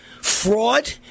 fraud